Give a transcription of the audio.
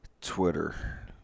Twitter